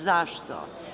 Zašto?